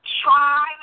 try